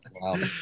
Wow